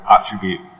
attribute